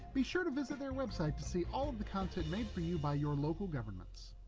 be sure to visit their website to see all of the content made for you by your local governments.